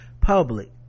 public